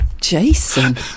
Jason